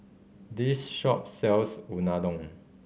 this shop sells Unadon